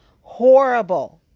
horrible